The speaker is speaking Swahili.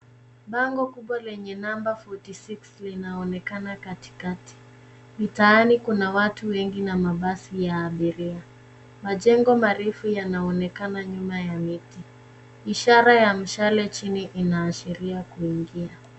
Bango kubwa lenye namba 46 linaonekana katikati. Mtaani kuna watu wengi na mabasi ya abiria. Majengo marefu yanaonekana nyuma ya miti. Ishara ya mshale chini inaashiria kuingia.